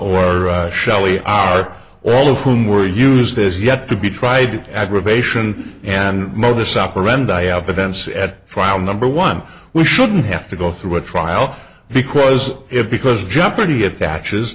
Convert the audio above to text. or shelley are all from were used as yet to be tried to aggravation and modus operandi of events at trial number one we shouldn't have to go through a trial because if because jeopardy attaches